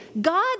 God